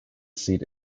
seat